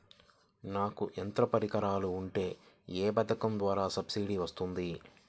నాకు యంత్ర పరికరాలు ఉంటే ఏ పథకం ద్వారా సబ్సిడీ వస్తుంది?